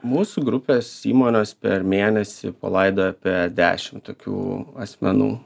mūsų grupės įmonės per mėnesį palaida apie dešim tokių asmenų